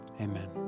amen